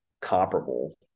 comparable